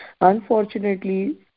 Unfortunately